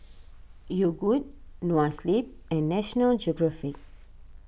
Yogood Noa Sleep and National Geographic